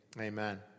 amen